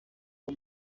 uwo